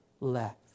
left